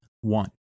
One